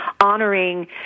honoring